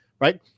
right